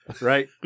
right